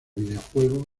videojuego